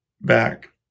back